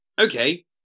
okay